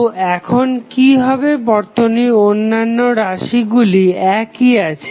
তো এখন কি হবে বর্তনীর অন্যান্য রাশিগুলি একই আছে